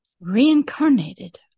Reincarnated